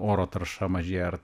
oro tarša mažėja ar